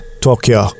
Tokyo